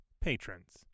patrons